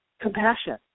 compassion